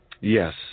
Yes